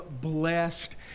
Blessed